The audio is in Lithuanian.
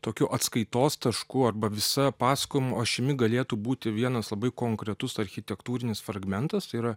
tokiu atskaitos tašku arba visa pasakojimo ašimi galėtų būti vienas labai konkretus architektūrinis fragmentas tai yra